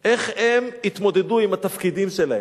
איך הם התמודדו עם התפקידים שלהם.